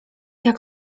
jak